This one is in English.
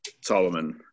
Solomon